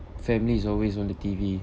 family is always on the T_V